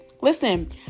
Listen